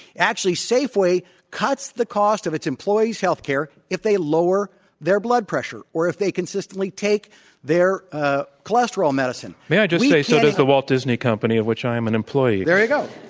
actually, safeway cuts the cost of its employees' healthcare if they lower their blood pressure, or if they consistently take their ah cholesterol medicine. may i just say so does the walt disney company, of which i am an employee. there you go.